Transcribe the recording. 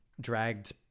dragged